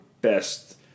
best